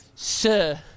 Sir